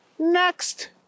Next